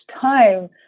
time